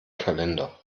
kalender